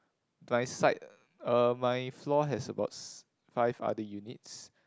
my side uh my floor has about s~ five other units